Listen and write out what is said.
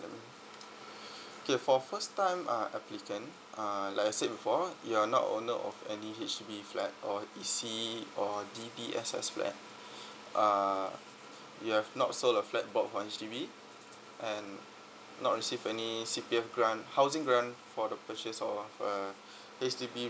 okay for first time uh applicant uh like I said before you're not a owner of any H_D_B flat or E_C or D_B_S_S flat uh you've not sold a flat bought from H_D_B and not receive any C_P_F grant housing grant for the purchase of uh H_D_B